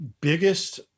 biggest